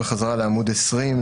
לעמוד 20,